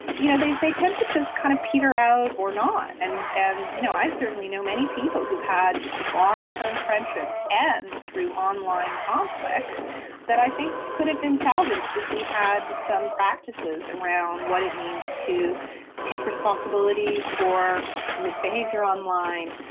you know they they tend to just kind of peter out or not, and and you know i certainly know many people who've had long-term friendships end through online conflict that i think could have been salvaged if we had some practices around what it means to take responsibility for misbehaviour online,